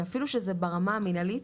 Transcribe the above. אפילו שזה ברמה המנהלית,